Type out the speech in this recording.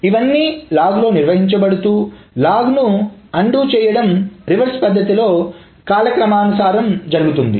ఇవన్నీ లాగ్ లో నిర్వహించబడుతూ లాగ్ ను అన్డు చేయడం రివర్స్ పద్ధతిలో కాలక్రమానుసారం జరుగుతుంది